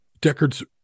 Deckard's